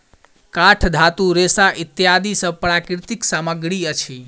काठ, धातु, रेशा इत्यादि सब प्राकृतिक सामग्री अछि